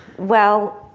well,